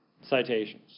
citations